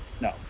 no